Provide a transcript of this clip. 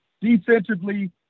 Defensively